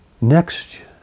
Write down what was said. Next